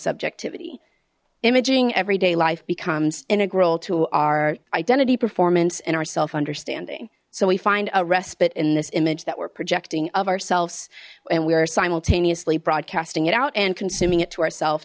subjectivity imaging everyday life becomes integral to our identity performance and our self understanding so we find a respite in this image that we're projecting of ourselves and we are simultaneously broadcasting it out and consuming it to oursel